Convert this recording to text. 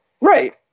Right